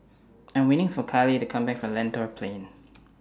I Am waiting For Caleigh to Come Back from Lentor Plain